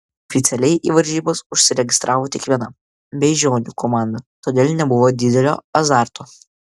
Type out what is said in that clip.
oficialiai į varžybas užsiregistravo tik viena beižionių komanda todėl nebuvo didelio azarto